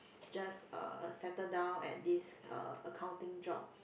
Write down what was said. just uh settle down at this uh accounting job